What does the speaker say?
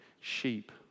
Sheep